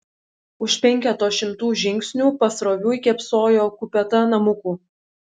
už penketo šimtų žingsnių pasroviui kėpsojo kupeta namukų